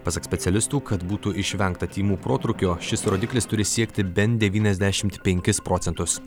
pasak specialistų kad būtų išvengta tymų protrūkio šis rodiklis turi siekti bent devyniasdešimt penkis procentus